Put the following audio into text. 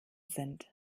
sind